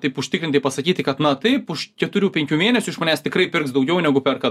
taip užtikrintai pasakyti kad na taip už keturių penkių mėnesių iš manęs tikrai pirks daugiau negu perka